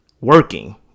working